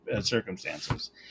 circumstances